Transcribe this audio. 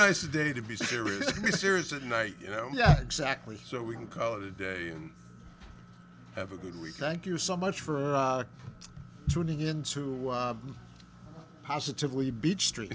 nice day to be serious be serious that night you know yeah exactly so we can call it a day and have a good week thank you so much for tuning in to positively beach str